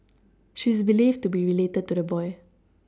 she is believed to be related to the boy